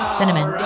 Cinnamon